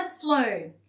flow